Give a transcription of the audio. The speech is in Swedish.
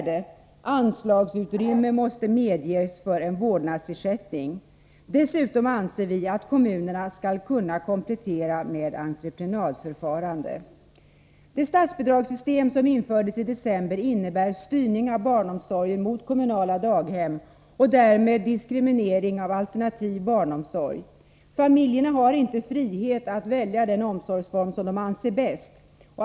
Dessutom anser vi att kommunerna skall kunna komplettera med entreprenadförfarande. Det statsbidragssystem som infördes i december innebär styrning av barnomsorgen mot kommunala daghem och därmed diskriminering av alternativ barnomsorg. Familjerna har inte frihet att välja den omsorgsform som de anser bäst.